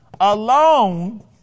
alone